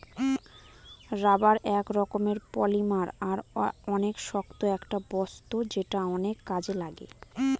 rubber এক রকমের polymer আর অনেক শক্ত একটা বস্তু যেটা অনেক কাজে লাগে